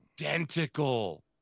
identical